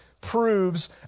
proves